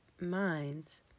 minds